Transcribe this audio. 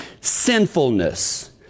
sinfulness